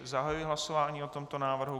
Zahajuji hlasování o tomto návrhu.